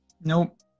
Nope